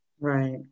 right